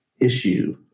issue